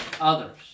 others